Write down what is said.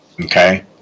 Okay